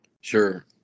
Sure